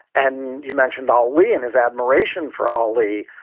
and you mentioned ali and his admiration for ali.